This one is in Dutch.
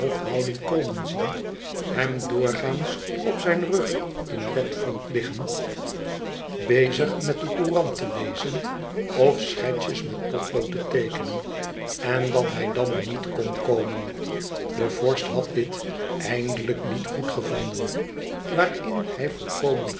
hofhouding komen zien hem doorgaans op zijn rug in bed vond liggen bezig met de courant te lezen of schetsjes met potlood te teekenen en dat hij dan niet kon komen de vorst had dit eindelijk niet goedgevonden waarin hij